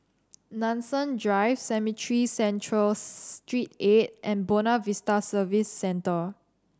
Nanson Drive Cemetry Central Street eight and Buona Vista Service Centre